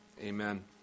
Amen